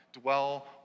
dwell